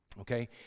Okay